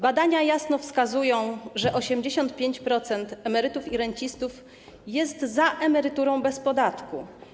Badania jasno wskazują, że 85% emerytów i rencistów jest za emeryturą bez podatku.